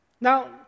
Now